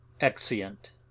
Exeunt